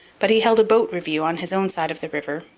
but he held a boat review on his own side of the river,